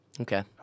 Okay